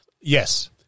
Yes